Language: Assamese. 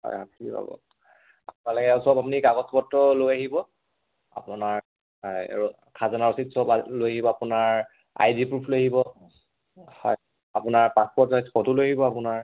হয় হয় আজিয়ে হ'ব পাব পালে চব আপুনি কাগজপত্ৰ লৈ আহিব আপোনাৰ এই খাজানা ৰচিদ চব লৈ আহিব আপোনাৰ আই ডি প্ৰুফ লৈ আহিব হয় আপোনাৰ পাছপৰ্ট চাইজ ফটো লৈ আহিব আপোনাৰ